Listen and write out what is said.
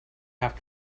have